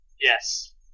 Yes